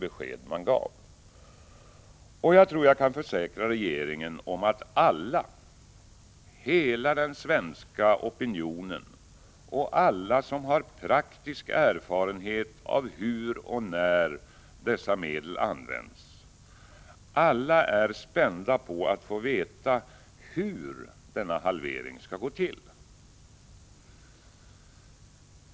Jag tror att jag kan försäkra regeringen om att alla — hela den svenska opinionen och alla som har praktisk erfarenhet av hur och när dessa medel används — är spända på att få veta hur denna halvering skall gå till.